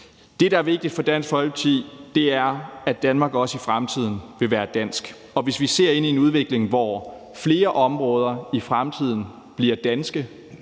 Det, der er vigtigt for Dansk Folkeparti, er, at Danmark også i fremtiden vil være dansk, og hvis vi ser ind i en udvikling, hvor flere områder i fremtiden bliver danske,